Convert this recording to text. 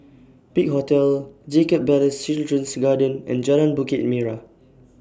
Big Hotel Jacob Ballas Children's Garden and Jalan Bukit Merah